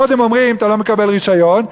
קודם אומרים: אתה לא מקבל רישיון,